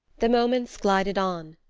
the moments glided on,